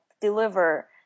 deliver